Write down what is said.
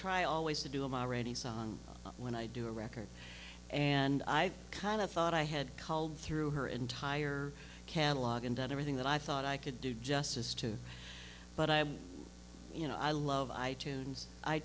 try always to do i'm already song when i do a record and i kind of thought i had called through her entire catalog and done everything that i thought i could do justice to but i you know i love i tunes i